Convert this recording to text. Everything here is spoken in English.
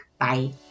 Bye